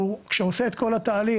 כשהוא עושה את כל התהליך,